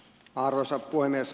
arvoisa puhemies